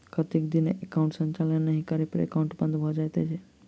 कतेक दिन एकाउंटक संचालन नहि करै पर एकाउन्ट बन्द भऽ जाइत छैक?